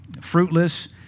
fruitless